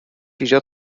ایجاد